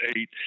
eight